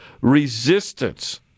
resistance